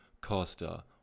Costa